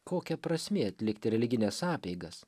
kokia prasmė atlikti religines apeigas